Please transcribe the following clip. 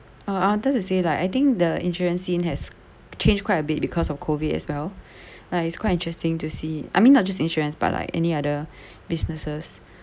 oh I wanted to say like I think the insurance scene has changed quite a bit because of COVID as well like it's quite interesting to see I mean not just insurance but like any other businesses